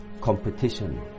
competition